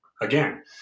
Again